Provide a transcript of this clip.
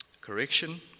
Correction